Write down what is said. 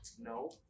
No